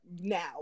now